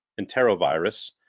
enterovirus